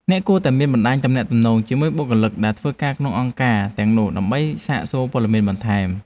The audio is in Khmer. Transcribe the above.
អ្នកគួរតែមានបណ្តាញទំនាក់ទំនងជាមួយបុគ្គលិកដែលធ្វើការក្នុងអង្គការទាំងនោះដើម្បីសាកសួរព័ត៌មានបន្ថែម។